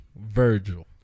Virgil